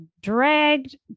dragged